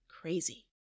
crazy